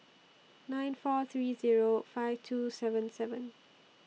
nine four three Zero five two seven seven